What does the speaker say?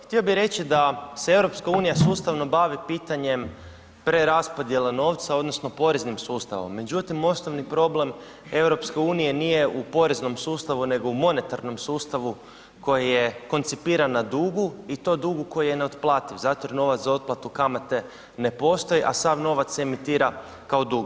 Htio bih reći da se EU sustavno bavi pitanjem preraspodjele novca odnosno poreznim sustavom, međutim osnovni problem EU nije u poreznom sustavu nego u monetarnom sustavu koji je koncipiran na dugu i na dugu koji je ne otplativ, zato jer novac za otplatu kamate ne postoji, a sav novac emitira kao dug.